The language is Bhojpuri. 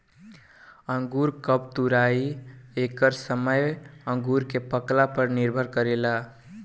अंगूर कब तुराई एकर समय अंगूर के पाकला के उपर निर्भर करेला